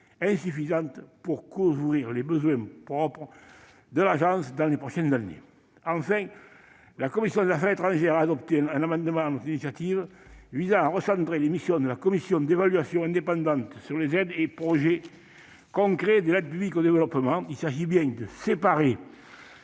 insuffisante pour couvrir les besoins en fonds propres de l'Agence dans les prochaines années. Enfin, la commission des affaires étrangères a adopté sur notre initiative un amendement tendant à recentrer les missions de la commission d'évaluation indépendante sur les aides et projets concrets de l'aide publique au développement. Il s'agit de bien séparer